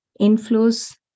inflows